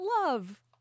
love